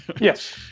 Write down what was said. Yes